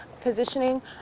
positioning